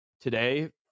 today